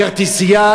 כרטיסייה,